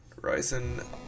ryzen